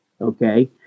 okay